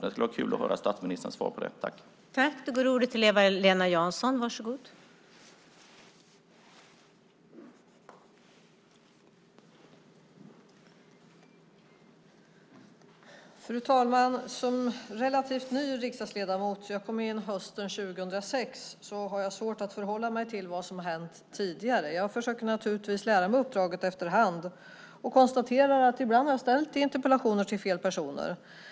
Det skulle vara kul att höra statsministerns kommentar till det.